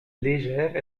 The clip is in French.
légère